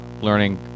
learning